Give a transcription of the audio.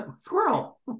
squirrel